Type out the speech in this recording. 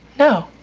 no.